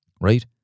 right